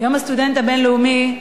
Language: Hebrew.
יום הסטודנט הלאומי,